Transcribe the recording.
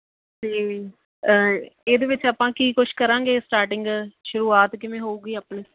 ਅਤੇ ਇਹਦੇ ਵਿੱਚ ਆਪਾਂ ਕੀ ਕੁਛ ਕਰਾਂਗੇ ਸਟਾਰਟਿੰਗ ਸ਼ੁਰੂਆਤ ਕਿਵੇਂ ਹੋਵੇਗੀ ਆਪਣੀ